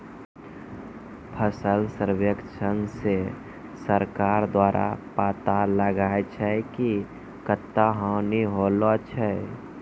फसल सर्वेक्षण से सरकार द्वारा पाता लगाय छै कि कत्ता हानि होलो छै